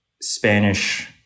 Spanish